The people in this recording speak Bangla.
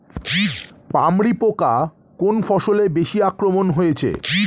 পামরি পোকা কোন ফসলে বেশি আক্রমণ হয়েছে?